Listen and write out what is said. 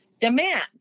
demand